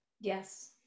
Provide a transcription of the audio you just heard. Yes